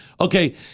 Okay